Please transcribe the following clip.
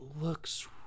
looks